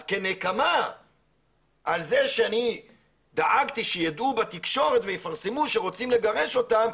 אז כנקמה על זה שאני דאגתי שידעו בתקשורת ויפרסמו שרוצים לגרש אותם,